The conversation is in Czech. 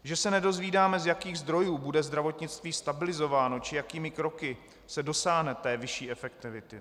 Že se nedozvídáme, z jakých zdrojů bude zdravotnictví stabilizováno či jakými kroky se dosáhne té vyšší efektivity.